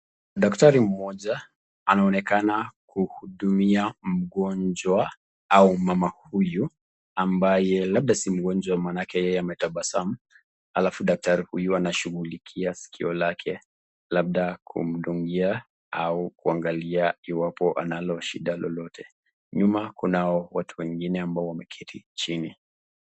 Daktari mmoja anaonekana kuhudumia mgonjwa, au mama huyu, ambaye labda si mgonjwa maanake yeye ametabasamu, alafu daktari huyu anashugulikia sikio lake, labda kumdungia ama kuangalia iwapo analo shida lolote, nyuma kunao watu wengine wanao keti chini.